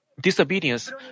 disobedience